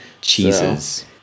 cheeses